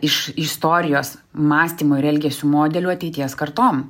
iš istorijos mąstymo ir elgesių modelių ateities kartom